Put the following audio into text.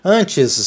Antes